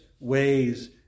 ways